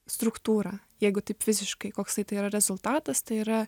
struktūra jeigu taip fiziškai koks tai tai yra rezultatas tai yra